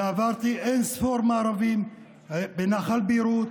ועברתי אין-ספור מארבים בנחל ביירות,